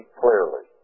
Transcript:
clearly